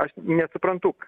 aš nesuprantu